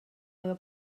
meva